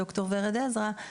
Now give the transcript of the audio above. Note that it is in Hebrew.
ד"ר ורד עזרא,